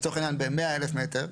לצורך העניין ב-100,000 מטר.